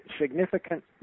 significant